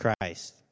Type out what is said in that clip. Christ